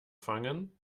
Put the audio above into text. fangen